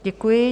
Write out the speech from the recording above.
Děkuji.